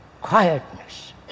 quietness